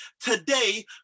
today